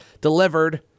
delivered